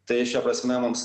tai šia prasme mums